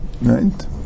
right